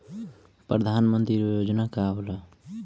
परधान मंतरी योजना का होला?